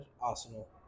Arsenal